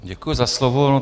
Děkuji za slovo.